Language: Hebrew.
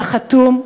על החתום: